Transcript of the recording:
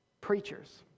Preachers